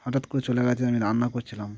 হঠাৎ করে চলে গিয়েছে আমি রান্না করছিলাম